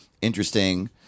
interesting